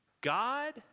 God